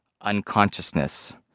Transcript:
unconsciousness